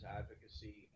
advocacy